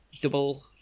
double